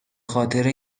خاطر